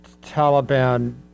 Taliban